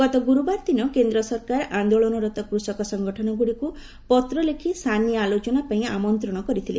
ଗତ ଗୁରୁବାର ଦିନ କେନ୍ଦ୍ର ସରକାର ଆନ୍ଦୋଳନରତ କୃଷକ ସଙ୍ଗଠନଗୁଡ଼ିକୁ ପତ୍ର ଲେଖି ସାନି ଆଲୋଚନା ପାଇଁ ଆମନ୍ତ୍ରଣ କରିଥିଲେ